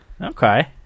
Okay